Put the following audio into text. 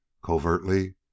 Covertly